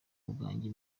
bwanjye